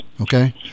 Okay